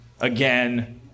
again